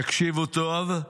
תקשיבו טוב: